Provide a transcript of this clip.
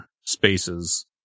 spaces